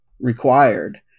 required